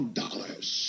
dollars